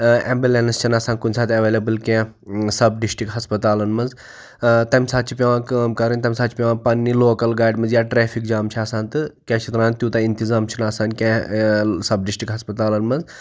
ambulance چھنہٕ آسان کُنہِ ساتہٕ ایویلیبٕل کینٛہہ سَب ڈِشٹرک ہَسپَتالَن مَنٛز تمہِ ساتہٕ چھِ پیٚوان کٲم کَرٕنۍ تمہِ ساتہٕ چھِ پیٚوان پَننہِ لوکَل گاڑِ مَنٛز یا ٹریفِک جام چھ آسان تہٕ کیاہ چھ اتھ وَنان تیوٗتاہ اِنتِظام چھُ نہٕ آسان کینٛہہ سَب ڈِشٹرک ہَسپَتالَن مَنٛز